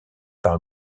par